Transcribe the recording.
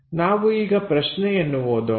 ನಾವು ಈಗ ಪ್ರಶ್ನೆಯನ್ನು ಓದೋಣ